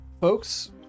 folks